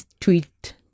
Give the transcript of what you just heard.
tweet